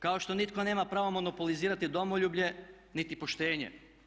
Kao što nitko nema pravo monopolizirati domoljublje niti poštenje.